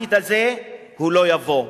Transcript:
העתיד הזה לא יבוא,